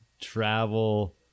travel